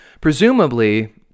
presumably